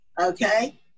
okay